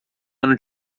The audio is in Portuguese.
ano